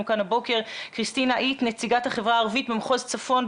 כאן הבוקר היא כריסטינה עית נציגת החברה הערבית במחוז צפון.